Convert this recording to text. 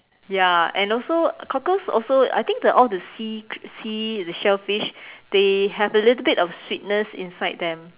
ya and also cockles also I think the all the sea sea the shellfish they have a little bit of sweetness inside them